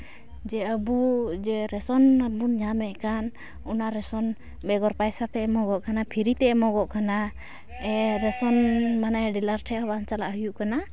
ᱡᱮ ᱟᱵᱚ ᱡᱮ ᱨᱮᱥᱚᱱ ᱵᱚᱱ ᱧᱟᱢᱮᱫ ᱠᱟᱱ ᱚᱱᱟ ᱨᱮᱥᱚᱱ ᱵᱮᱜᱚᱨ ᱯᱟᱭᱥᱟ ᱛᱮᱭ ᱮᱢᱚᱜᱚᱜ ᱠᱟᱱᱟ ᱯᱷᱨᱤ ᱛᱮᱭ ᱮᱢᱚᱜᱚᱜ ᱠᱟᱱᱟ ᱨᱮᱥᱚᱱ ᱢᱟᱱᱮ ᱰᱤᱞᱟᱨ ᱴᱷᱮᱱ ᱦᱚᱸ ᱵᱟᱝ ᱪᱟᱞᱟᱜ ᱦᱩᱭᱩᱜᱚᱜ ᱠᱟᱱᱟ